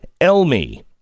Elmi